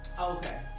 Okay